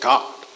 God